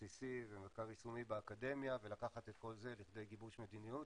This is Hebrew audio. בסיסי ומחקר יישומי באקדמיה ולקחת את כל זה לכדי גיבוש מדיניות.